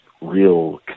real